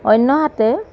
অন্যহাতে